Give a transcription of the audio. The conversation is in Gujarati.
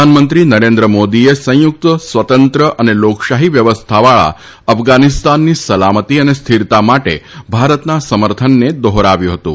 પ્રધાનમંત્રી નરેન્દ્રમોદીએ સંયુક્ત સ્વતંત્ર અને લોકશાહી વ્યવસ્થાવાળા અફધાનીસ્તાનની સલામતી તથા હિથરતા માટે ભારતના સમર્થનને દોફરાવ્યું હતું